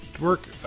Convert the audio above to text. work